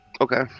Okay